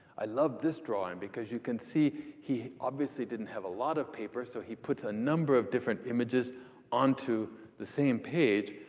i love this drawing drawing because you can see he obviously didn't have a lot of paper, so he puts a number of different images onto the same page.